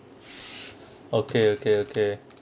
okay okay okay